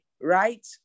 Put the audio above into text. right